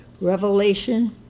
revelation